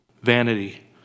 vanity